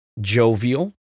jovial